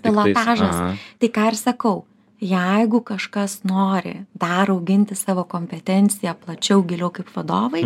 pilotažas tai ką ir sakau jeigu kažkas nori dar auginti savo kompetenciją plačiau giliau kaip vadovai